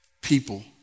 people